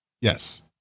Yes